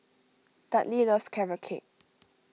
Dudley loves Carrot Cake